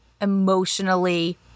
emotionally